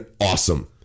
awesome